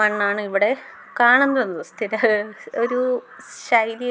മണ്ണാണ് ഇവടെ കാണുന്നത് സ്ഥിര ഒരു ശൈലി